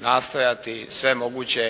nastojati sve nove